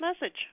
message